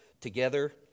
together